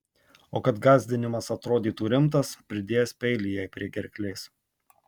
o kad gąsdinimas atrodytų rimtas pridėjęs peilį jai prie gerklės